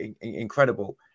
incredible